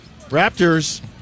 raptors